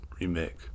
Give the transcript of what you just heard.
remake